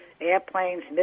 airplanes